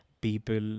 people